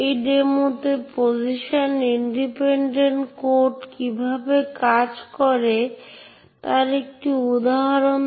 আগের বক্তৃতায় আমরা অ্যাক্সেস কন্ট্রোলের একটি সংক্ষিপ্ত পরিচিতি দিয়েছিলাম এবং আমরা বিবেচনামূলক অ্যাক্সেস নিয়ন্ত্রণ নীতিগুলি দেখেছিলাম